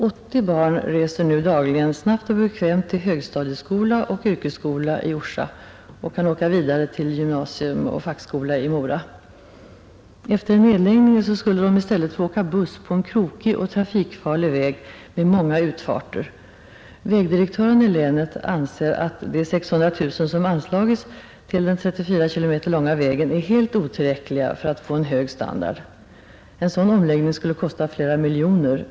80 barn reser nu dagligen snabbt och bekvämt till högstadieskola och yrkesskola i Orsa och kan åka vidare till gymnasium och fackskola i Mora. Efter en nedläggning skulle de i stället få åka buss på en krokig och trafikfarlig väg med många utfarter. Vägdirektören i länet anser att de 600 000 kronor som anslagits till den 34 km långa vägen är helt otillräckliga för att få en hög standard. En sådan omläggning skulle kosta flera miljoner kronor.